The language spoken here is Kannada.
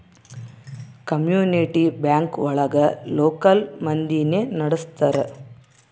ಕಮ್ಯುನಿಟಿ ಬ್ಯಾಂಕ್ ಒಳಗ ಲೋಕಲ್ ಮಂದಿನೆ ನಡ್ಸ್ತರ